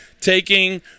taking